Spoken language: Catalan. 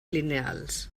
lineals